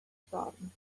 storm